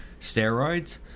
steroids